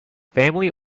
family